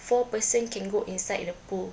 four person can go inside the pool